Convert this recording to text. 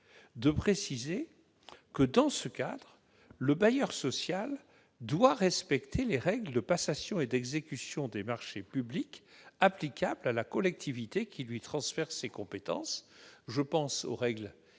de préciser que, dans ce cadre, le bailleur social doit respecter les règles de passation et d'exécution des marchés publics applicables à la collectivité qui lui transfère ses compétences, notamment les règles